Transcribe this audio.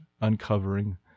uncovering